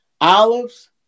olives